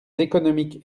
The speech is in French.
économiques